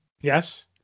Yes